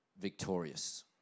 victorious